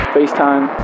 FaceTime